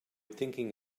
thinking